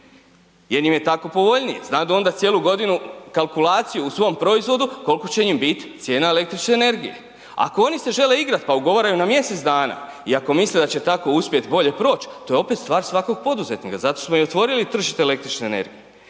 jer im je tako povoljnije, znadu onda cijelu godinu kalkulaciju u svom proizvodu kolko će im bit cijena električne energije. Ako oni se žele igrat, pa ugovaraju na mjesec dana i ako misle da će tako uspjet bolje proć, to je opet stvar svakog poduzetnika, zato smo i otvorili tržište električne energije.